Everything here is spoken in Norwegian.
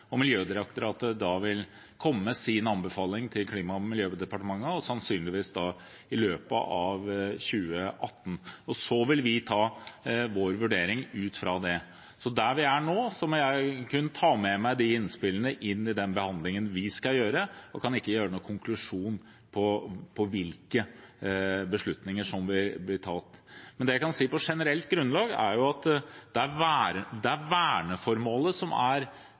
Klima- og miljødepartementet, sannsynligvis i løpet av 2018. Så vil vi ta vår vurdering ut fra det. Så der vi er nå, må jeg kun ta med meg disse innspillene inn i den behandlingen vi skal gjøre, og kan ikke gi noen konklusjon om hvilke beslutninger som vil bli tatt. Men det jeg kan si på generelt grunnlag, er at det er verneformålet som er det førende for hvilke begrensninger som må innføres. Så lenge verneformålet ivaretas, er